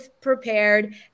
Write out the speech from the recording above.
prepared